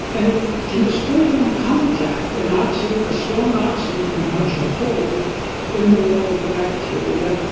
and it can destroy them on contact. an oxidant, a strong oxidant can punch a hole in the wall of a bacteria.